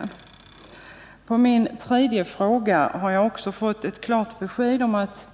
Som svar på min tredje fråga har jag också fått ett klart besked om att